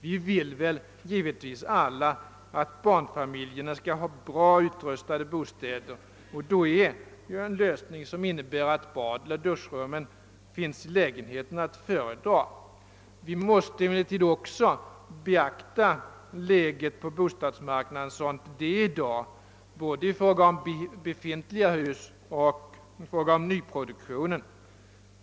Vi vill givetvis alla att barnfamiljerna skall ha bra utrustade bostäder, och då är det naturligtvis att föredra att badeller duschrum finns i lägenheten. Vi måste emellertid också beakta läget på bostadsmarknaden sådant det är i dag, både i fråga om befintliga hus och nyproduktion.